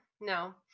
no